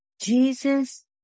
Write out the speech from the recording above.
Jesus